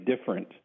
different